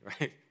right